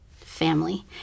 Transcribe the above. family